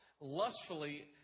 lustfully